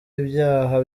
ibyaha